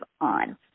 on